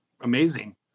amazing